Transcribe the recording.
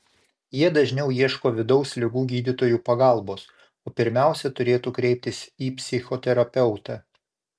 jie dažniau ieško vidaus ligų gydytojų pagalbos o pirmiausia turėtų kreiptis į psichoterapeutą